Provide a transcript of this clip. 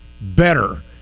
better